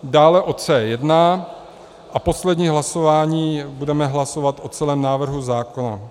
Dále o C1 a poslední hlasování budeme hlasovat o celém návrhu zákona.